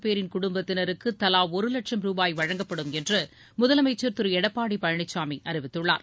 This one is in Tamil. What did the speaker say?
பேரின் குடும்பத்தினருக்கு தலா ஒரு லட்சம் ரூபாய் வழங்கப்படும் என்று முதலமைச்சர் திருஎடப்பாடி பழனிசாமி அறிவித்துள்ளார்